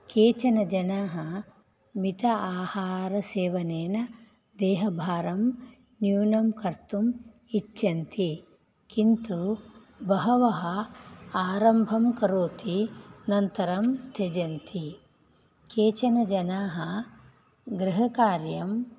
केचन जनाः मित आहारसेवनेन देहभारं न्यूनं कर्तुं इच्छन्ति किन्तु बहवः आरम्भं करोति अनन्तरं त्यजन्ति केचन जनाः गृहकार्यं